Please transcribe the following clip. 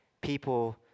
people